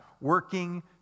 working